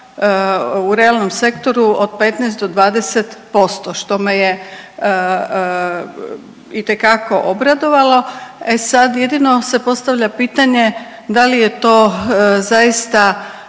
u realnom sektoru od 15 do 20% što me je itekako obradovalo. E sad jedino se postavlja pitanje da li je to zaista